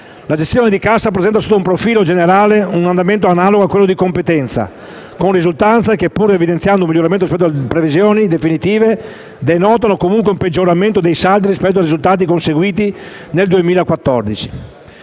La gestione di cassa presenta, sotto un profilo generale, un andamento analogo a quella di competenza, con risultanze che pur evidenziando un miglioramento rispetto alle previsioni definitive denotano comunque un peggioramento dei saldi rispetto ai risultati conseguiti nel 2014.